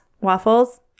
waffles